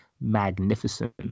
magnificent